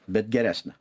bet geresnę